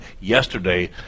yesterday